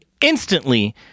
instantly